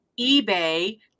eBay